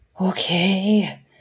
Okay